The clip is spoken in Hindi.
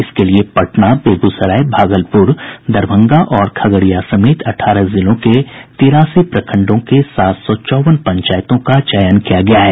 इसके लिए पटना बेगूसराय भागलपुर दरभंगा और खगड़िया समेत अठारह जिलों के तिरासी प्रखंडों के सात सौ चौवन पंचायतों का चयन किया गया है